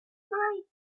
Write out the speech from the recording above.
night